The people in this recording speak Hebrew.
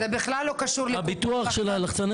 אז זה בכלל לא קשור --- הביטוח של לחצני